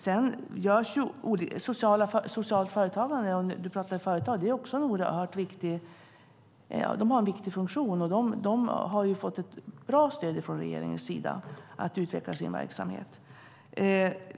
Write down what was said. Du pratade om företag, och socialt företagande fyller en oerhört viktig funktion. De har fått ett bra stöd från regeringens sida att utveckla sin verksamhet.